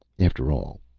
after all,